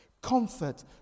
Comfort